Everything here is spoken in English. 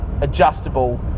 adjustable